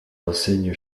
enseigne